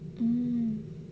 mm